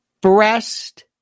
breast